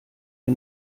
wir